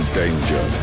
danger